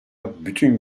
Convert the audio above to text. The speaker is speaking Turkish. bütün